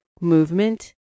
movement